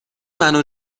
منو